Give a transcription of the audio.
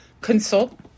Consult